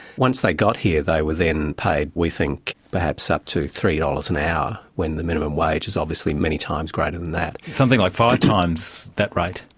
once they got here though, they paid, we think, perhaps up to three dollars an hour when the minimum wage is obviously many times greater than that. something like five times that rate.